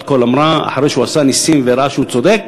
בת-קול אמרה, אחרי שהוא עשה נסים וראה שהוא צודק,